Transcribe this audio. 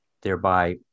thereby